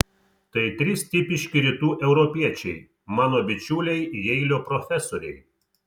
tai trys tipiški rytų europiečiai mano bičiuliai jeilio profesoriai